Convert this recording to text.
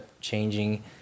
changing